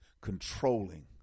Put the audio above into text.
controlling